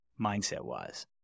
mindset-wise